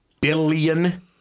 billion